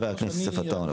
חבר הכנסת יוסף עטאונה.